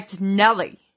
Nelly